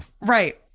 Right